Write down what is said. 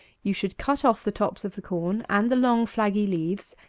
you should cut off the tops of the corn and the long flaggy leaves,